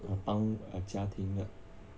err 帮家庭的